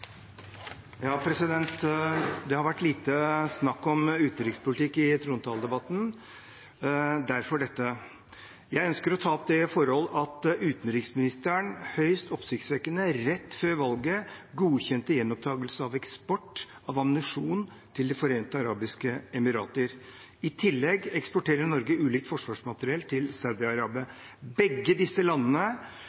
Det har vært lite snakk om utenrikspolitikk i trontaledebatten, derfor dette innlegget. Jeg ønsker å ta opp det forhold at utenriksministeren høyst oppsiktsvekkende, rett før valget, godkjente gjenopptagelse av eksport av ammunisjon til De forente arabiske emirater. I tillegg eksporterer Norge ulikt forsvarsmateriell til